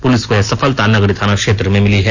police को यह सफलता नगड़ी थाना क्षेत्र में मिली हैं